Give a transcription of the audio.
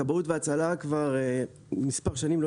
כבאות והצלה כבר מספר שנים אני לא